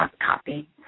copy